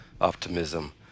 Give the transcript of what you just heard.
Optimism